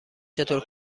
چطور